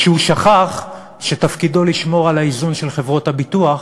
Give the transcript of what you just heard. שהוא שכח שתפקידו לשמור על האיזון של חברות הביטוח,